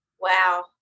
Wow